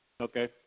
Okay